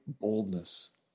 boldness